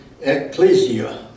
ecclesia